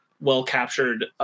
well-captured